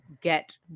get